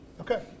Okay